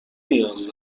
نیاز